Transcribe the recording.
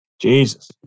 Jesus